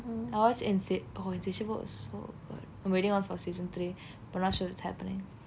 I watched insa~ oh insatiable so I'm waiting on four season but I'm not sure if it's happening